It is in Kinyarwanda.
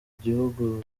gihugu